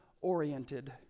oriented